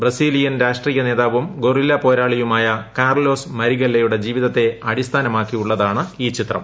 Brazilian രാഷ്ട്രീയ നേതാവും guerrilla പോരാളിയുമായ കാർലോസ് മരിഗെല്ലയുടെ ജീവിതത്തെ അടിസ്ഥാനമാക്കിയുള്ളതാണ് ഈ ചിത്രം